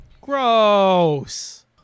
Gross